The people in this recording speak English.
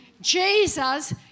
Jesus